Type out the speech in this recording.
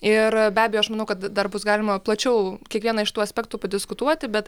ir be abejo aš manau kad dar bus galima plačiau kiekvieną iš tų aspektų padiskutuoti bet